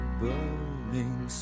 burning